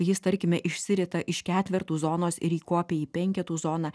jis tarkime išsirita iš ketvertų zonos ir įkopia į penketų zoną